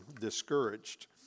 discouraged